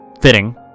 Fitting